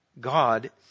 God